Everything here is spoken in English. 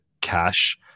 cash